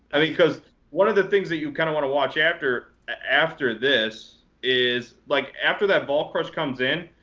i think because one of the things that you kind of want to watch after after this is like after that vol crush comes in,